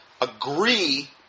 agree